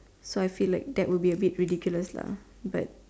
so I feel like that would be a bit ridiculous lah but